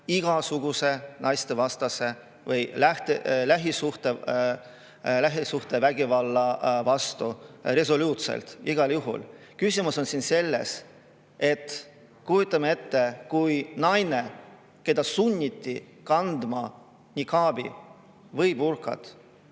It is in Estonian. igasuguse naistevastase või lähisuhtevägivalla vastu, resoluutselt, igal juhul. Küsimus on siin järgmine. Kujutame ette, et kui naine, keda sunniti kandma nikaabi või burkat,